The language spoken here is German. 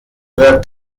wird